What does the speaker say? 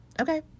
Okay